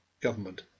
government